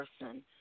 person